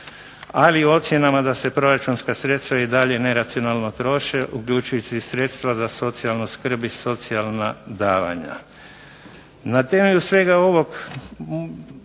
ali u ocjenama da se proračunska sredstva i dalje neracionalno troše uključujući sredstva za socijalnu skrb i socijalna davanja. Na temelju svega ovog